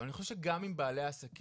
אבל, אני חושב שגם אם בעלי עסקים